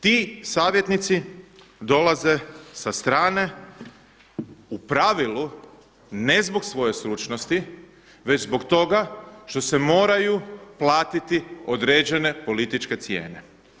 Ti savjetnici dolaze sa strane u pravilu ne zbog svoje stručnosti već zbog toga štos se moraju platiti određene političke cijene.